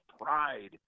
pride